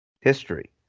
history